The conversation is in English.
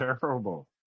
terrible